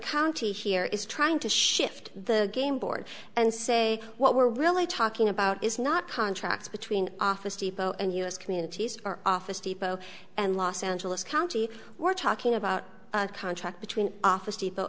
county here is trying to shift the gameboard and say what we're really talking about is not contracts between office depot and us communities our office depot and los angeles county we're talking about contract between office depot